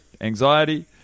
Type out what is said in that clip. anxiety